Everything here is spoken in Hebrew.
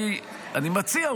אני מציע,